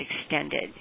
extended